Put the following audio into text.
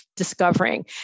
discovering